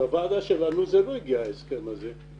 הוא לא הגיע לוועדה שלנו ועדת העבודה הרווחה והבRIAות.